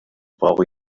brauche